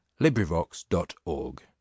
LibriVox.org